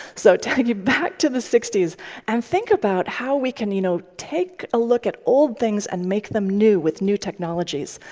so take you back to the sixty s and think about how we can you know take a look at old things and make them new with new technologies.